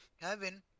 Kevin